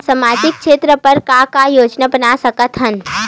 सामाजिक क्षेत्र बर का का योजना बना सकत हन?